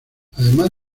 además